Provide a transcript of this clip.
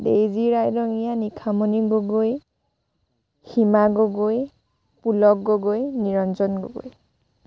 Daisy Raidongia Nikhamani Gogoi Hima Gogoi Pulak Gogoi Niranjan Gogoi